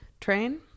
train